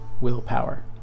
willpower